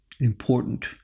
important